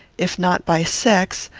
if not by sex,